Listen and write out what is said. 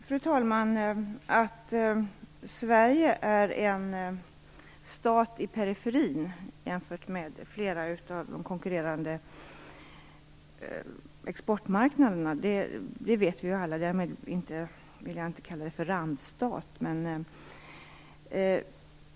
Fru talman! Att Sverige är en stat i periferin jämfört med flera av de konkurrerande exportmarknaderna vet vi alla. Därmed vill jag inte kalla Sverige för en randstat.